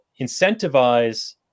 incentivize